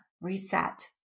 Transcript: reset